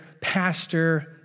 pastor